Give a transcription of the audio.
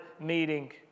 meeting